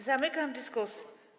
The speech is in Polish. Zamykam dyskusję.